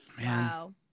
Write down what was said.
Wow